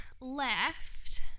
left